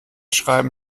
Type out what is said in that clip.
schreiben